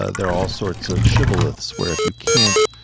ah there are all sorts of shibboleths where if you can't